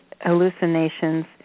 hallucinations